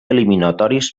eliminatoris